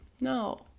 No